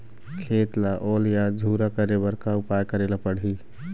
खेत ला ओल या झुरा करे बर का उपाय करेला पड़ही?